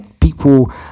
people